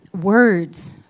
words